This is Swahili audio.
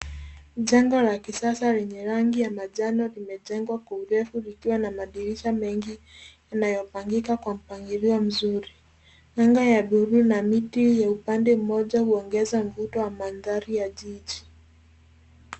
Jengo la kisasa lenye rangi ya manjano limejengwa kwa urefu likiwa na madirisha mengi yanayopangika kwa mpangilio mzuri. Angaa ya buluu na miti ya upande mmoja huongeza mvuto wa mandhari ya jiji.